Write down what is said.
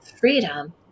freedom